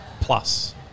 plus